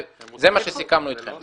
זה מה שסיכמנו איתכם.